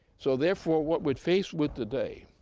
so, therefore, what we're faced with today,